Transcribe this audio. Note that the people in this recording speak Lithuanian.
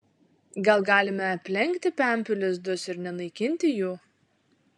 gal galime aplenkti pempių lizdus ir nenaikinti jų